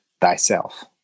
thyself